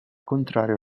contrario